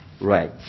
Right